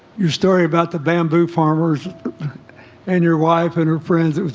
your story about the bamboo farmers and your wife and her friends.